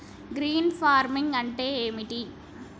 Green farming అంటే ఏమిటి?